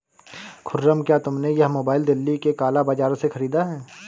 खुर्रम, क्या तुमने यह मोबाइल दिल्ली के काला बाजार से खरीदा है?